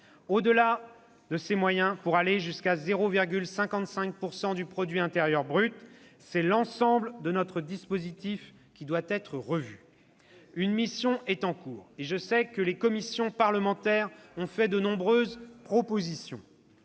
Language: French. que nous y consacrons, pour aller jusqu'à 0,55 % du produit intérieur brut, c'est l'ensemble de notre dispositif qui doit être revu. Une mission est en cours, et je sais que les commissions parlementaires ont fait de nombreuses propositions.